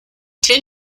ten